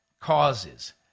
causes